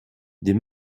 des